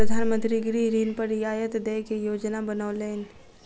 प्रधान मंत्री गृह ऋण पर रियायत दय के योजना बनौलैन